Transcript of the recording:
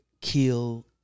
kill